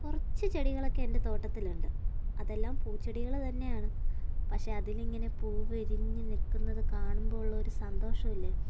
കുറച്ച് ചെടികളൊക്കെ എൻ്റെ തോട്ടത്തിലുണ്ട് അതെല്ലാം പൂച്ചെടികൾ തന്നെയാണ് പക്ഷെ അതിലിങ്ങനെ പൂ വിരിഞ്ഞ് നിൽക്കുന്നത് കാണുമ്പോൾ ഉള്ളൊരു സന്തോഷം ഇല്ലേ